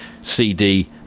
cd